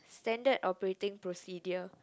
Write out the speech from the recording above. standard operating procedure